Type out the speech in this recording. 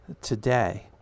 today